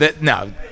no